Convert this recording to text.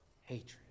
hatred